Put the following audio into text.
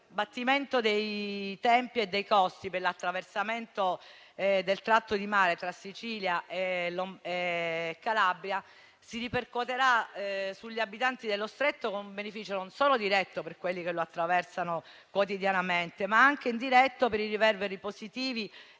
l'abbattimento dei tempi e dei costi per l'attraversamento del tratto di mare tra Sicilia e Calabria si ripercuoterà sugli abitanti dello Stretto, con un beneficio non solo diretto, per quelli che lo attraversano quotidianamente, ma anche indiretto per i riverberi positivi